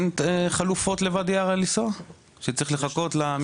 אין חלופות לוואדי ערה לנסוע, שצריך לחכות לזה?